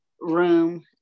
room